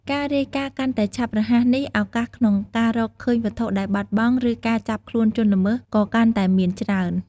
ការរាយការណ៍កាន់តែឆាប់រហ័ស នោះឱកាសក្នុងការរកឃើញវត្ថុដែលបាត់បង់ ឬការចាប់ខ្លួនជនល្មើស ក៏កាន់តែមានច្រើន។